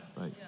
right